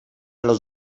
los